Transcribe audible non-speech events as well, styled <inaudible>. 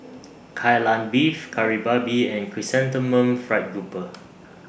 Kai Lan Beef Kari Babi and Chrysanthemum Fried Grouper <noise>